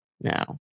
now